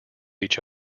each